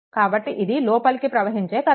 కాబట్టి ఇది లోపలికి ప్రవహించే కరెంట్